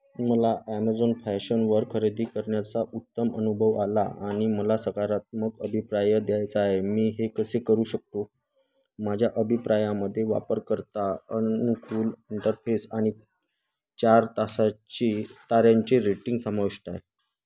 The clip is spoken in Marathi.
मला ॲमेझॉन फॅशनवर खरेदी करण्याचा उत्तम अनुभव आला आणि मला सकारात्मक अभिप्राय द्यायचा आहे मी हे कसे करू शकतो माझ्या अभिप्रायामध्ये वापरकर्ता अनुकूल अंटरफेस आणि चार तासाची ताऱ्यांची रेटिंग समाविष्ट आहे